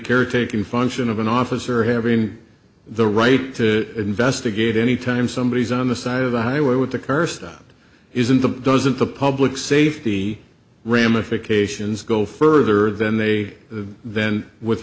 caretaking function of an officer having the right to investigate anytime somebody is on the side of the highway with the curse that is in the doesn't the public safety ramifications go further than they are then with